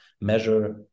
measure